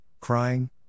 crying